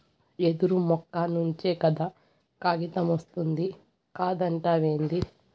యెదురు మొక్క నుంచే కదా కాగితమొస్తాది కాదంటావేంది